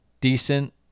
decent